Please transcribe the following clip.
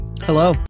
Hello